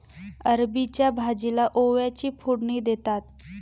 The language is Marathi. अरबीच्या भाजीला ओव्याची फोडणी देतात